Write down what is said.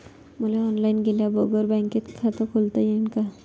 मले ऑनलाईन गेल्या बगर बँकेत खात खोलता येईन का?